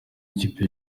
ikipe